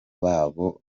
babo